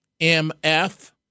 MF